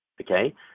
okay